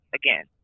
again